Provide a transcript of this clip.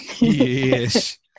Yes